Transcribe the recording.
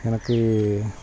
எனக்கு